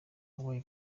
wabaye